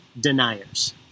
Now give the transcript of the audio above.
deniers